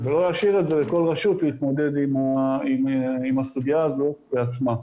ולא להשאיר לכל רשות להתמודד עם הסוגיה הזאת בעצמה.